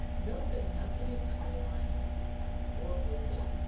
note that nothing is underlined or bolded.